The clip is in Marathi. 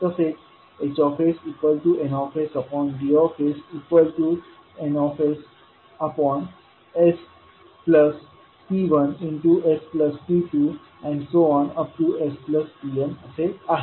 तसेच HsN D N s p1s p2 s pn आहे